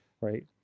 right